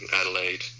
Adelaide